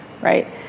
right